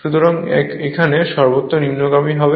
সুতরাং এখানে সর্বত্র নিম্নগামী হবে